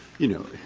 you know,